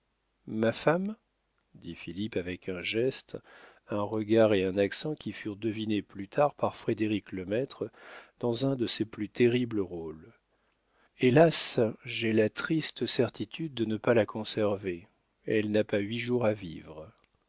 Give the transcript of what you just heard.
ma femme dit philippe avec un geste un regard et un accent qui furent devinés plus tard par frédérick-lemaître dans un de ses plus terribles rôles hélas j'ai la triste certitude de ne pas la conserver elle n'a pas huit jours à vivre